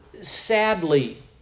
sadly